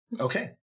Okay